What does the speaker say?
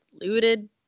looted